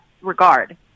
regard